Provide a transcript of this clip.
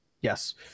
Yes